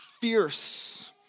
fierce